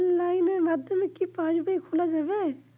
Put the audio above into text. অনলাইনের মাধ্যমে কি পাসবই খোলা যাবে?